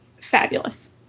fabulous